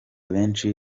benshi